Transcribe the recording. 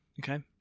okay